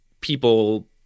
people